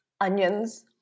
onions